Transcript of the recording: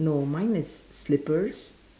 no mine is slippers